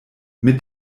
mit